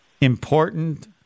important